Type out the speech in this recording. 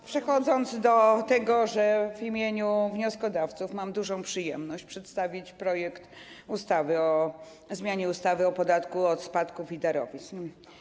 A przechodząc do projektu, chcę powiedzieć, że w imieniu wnioskodawców mam dużą przyjemność przedstawić projekt ustawy o zmianie ustawy o podatku od spadków i darowizn.